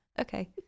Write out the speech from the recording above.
Okay